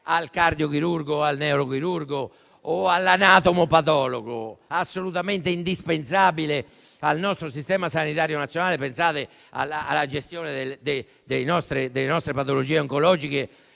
al cardiochirurgo, al neurochirurgo o all'anatomopatologo assolutamente indispensabile al nostro Sistema sanitario nazionale. Pensate alla gestione delle nostre patologie oncologiche.